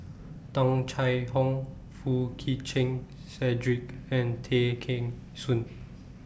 Tung Chye Hong Foo Chee Keng Cedric and Tay Kheng Soon